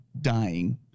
dying